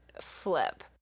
flip